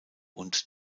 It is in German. und